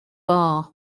bar